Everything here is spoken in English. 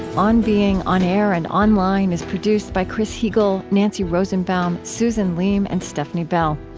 on being, on-air and online, is produced by chris heagle, nancy rosenbaum, susan leem, and stefni bell.